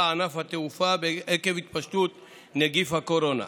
ענף התעופה עקב התפשטות נגיף הקורונה.